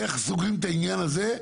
איך סוגרים את העניין הזה,